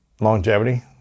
longevity